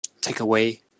takeaway